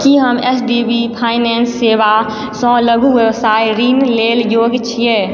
की हम H D B finance सेवासँ लघु व्यवसाय ऋण लेल योग्य छियै